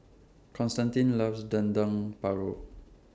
Constantine loves Dendeng Paru